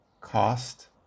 Cost